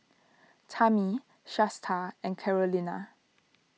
Tammi Shasta and Carolina